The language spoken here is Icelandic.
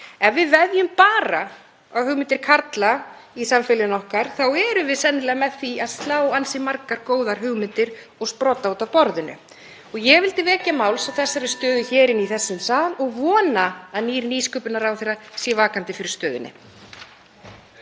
Ef við veðjum bara á hugmyndir karla í samfélaginu okkar þá erum við sennilega með því að slá ansi margar góðar hugmyndir og sprota út af borðinu. (Forseti hringir.) Ég vildi vekja máls á þessari stöðu hér inni í þessum sal og vona að nýr nýsköpunarráðherra sé vakandi fyrir stöðunni.